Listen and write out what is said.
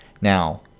Now